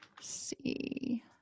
see